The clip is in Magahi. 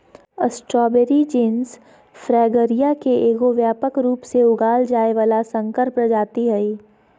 स्ट्रॉबेरी जीनस फ्रैगरिया के एगो व्यापक रूप से उगाल जाय वला संकर प्रजाति हइ